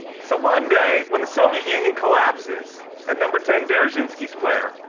so one day when the soviet union collapses at number ten dzerzhinsky square,